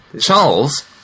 Charles